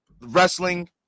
wrestling